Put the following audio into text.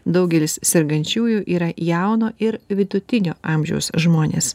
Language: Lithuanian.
daugelis sergančiųjų yra jauno ir vidutinio amžiaus žmonės